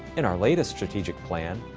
in our latest strategic plan,